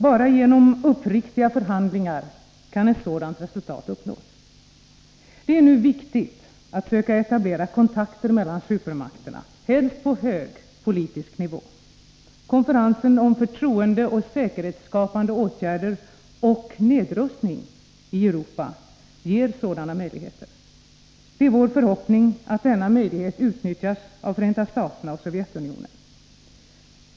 Bara genom uppriktiga förhandlingar kan ett sådant resultat uppnås. Det är nu viktigt att söka etablera kontakter mellan supermakterna — helst på hög politisk nivå. Konferensen om förtroendeoch säkerhetsskapande åtgärder och nedrustning i Europa ger sådana möjligheter. Det är vår förhoppning att denna möjlighet utnyttjas av Förenta staterna och Sovjetunionen.